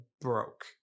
broke